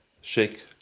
shake